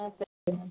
ஆ சரிங்க